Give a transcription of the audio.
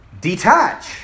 detach